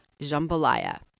jambalaya